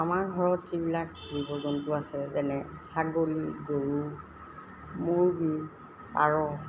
আমাৰ ঘৰত যিবিলাক জীৱ জন্তু আছে যেনে ছাগলী গৰু মুৰ্গী পাৰ